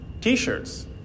T-shirts